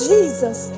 Jesus